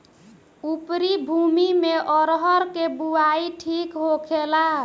उपरी भूमी में अरहर के बुआई ठीक होखेला?